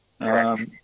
Correct